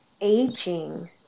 aging